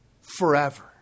forever